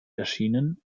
erschienen